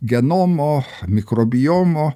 genomo mikrobijomo